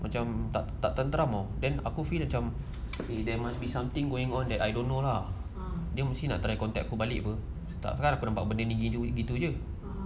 macam tak tak tenteram then aku feel macam eh there must something going on that I don't know lah dia mesti nak contact aku balik [pe] tak kan aku nampak benda ini begitu jer